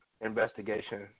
investigation